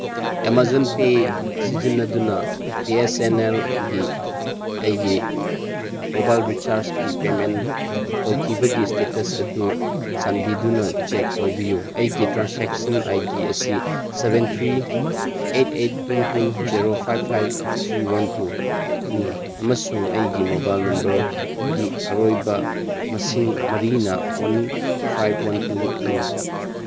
Amazon pay ꯁꯤꯖꯤꯟꯅꯗꯨꯅ P S N ꯑꯦꯜꯒꯤ ꯑꯩꯒꯤ ꯃꯣꯕꯥꯏꯜ ꯔꯤꯆꯥꯔꯖꯀꯤ ꯄꯦꯃꯦꯟ ꯇꯧꯈꯤꯕꯒꯤ ꯏꯁꯇꯦꯇꯁ ꯑꯗꯨ ꯆꯥꯟꯕꯤꯗꯨꯅ ꯆꯦꯛ ꯇꯧꯕꯤꯌꯨ ꯑꯩꯒꯤ ꯇ꯭ꯔꯥꯟꯁꯦꯛꯁꯟ ꯑꯥꯏ ꯗꯤ ꯑꯁꯤ seven three eight eight two two zero five five three one ꯇꯨꯅꯤ ꯑꯃꯁꯨꯡ ꯑꯩꯒꯤ ꯃꯣꯕꯥꯏꯜ ꯅꯝꯕꯔꯒꯤ ꯑꯔꯣꯏꯕ ꯃꯁꯤꯡ ꯃꯔꯤꯅ ꯋꯥꯟ ꯐꯥꯏꯚ ꯋꯥꯟ ꯇꯨꯅꯤ